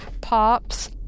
pops